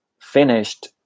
finished